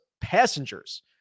Passengers